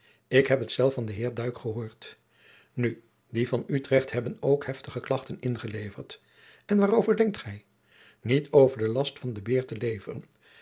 ik heb het zelf van den heer duyk gehoord nu die van utrecht hebben ook heftige klachten ingeleverd en waarover denkt gij niet over de last van den beer te leveren